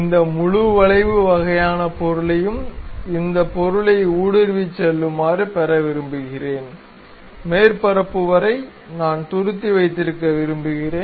இந்த முழு வளைவு வகையான பொருளையும் இந்த பொருளை ஊடுருவிச் செல்லுமாறு பெற விரும்புகிறேன் மேற்பரப்பு வரை நான் துருத்தி வைத்திருக்க விரும்புகிறேன்